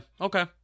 Okay